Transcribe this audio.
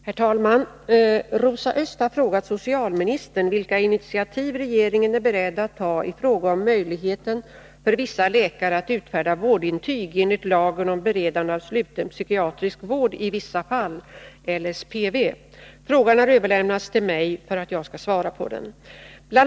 Herr talman! Rosa Östh har frågat socialministern vilka initiativ regeringen är beredd att ta i fråga om möjligheten för vissa läkare att utfärda vårdintyg enligt lagen om beredande av sluten psykiatrisk vård i vissa fall . Frågan har överlämnats till mig för att jag skall svara på den. Bl.